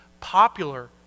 popular